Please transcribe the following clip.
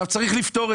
את זה צריך לפתור.